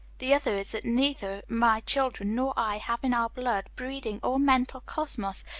the other is that neither my children nor i have in our blood, breeding, or mental cosmos,